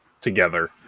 together